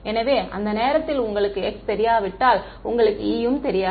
எனவே அந்த நேரத்தில் உங்களுக்குத் χ தெரியாவிட்டால் உங்களுக்கு E யும் தெரியாது